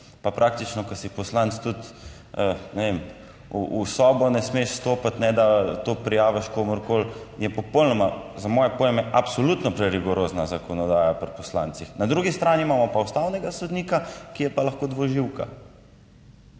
praktično, ko si poslanec, tudi, ne vem, v sobo ne smeš vstopiti, ne da to prijaviš komurkoli, je popolnoma, za moje pojme, absolutno prerigorozna zakonodaja pri poslancih, na drugi strani imamo pa ustavnega sodnika, ki je pa lahko dvoživka.